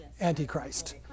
antichrist